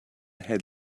had